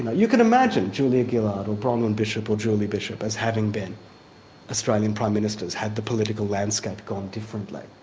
know, you can imagine julia gillard or bronwyn bishop or julie bishop as having been australian prime ministers had the political landscape gone differently.